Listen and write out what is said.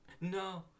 No